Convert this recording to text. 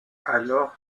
alors